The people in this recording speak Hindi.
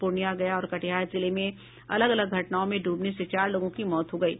पूर्णिया गया और कटिहार जिले में अलग अलग घटनाओं में डूबने से चार लोगों की मौत हो गयी